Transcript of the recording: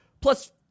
plus